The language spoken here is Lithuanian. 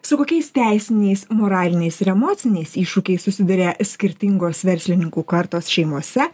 su kokiais teisiniais moraliniais ir emociniais iššūkiais susiduria skirtingos verslininkų kartos šeimose